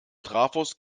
trafos